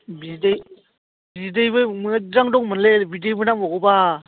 बिदैबो मोजां दंमोनलै बिदैबो नांबावगौबा